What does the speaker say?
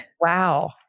Wow